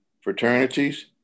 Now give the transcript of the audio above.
fraternities